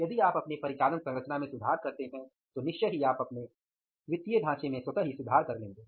यदि आप अपनी परिचालन संरचना में सुधार करते हैं तो निश्चय ही आप अपनी वित्तीय ढांचे में स्वतः ही सुधार कर लेंगे